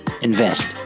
invest